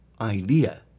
idea